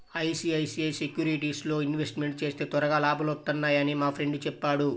ICICI సెక్యూరిటీస్లో investment చేస్తే త్వరగా లాభాలొత్తన్నయ్యని మా ఫ్రెండు చెప్పాడు